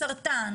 מסרטן,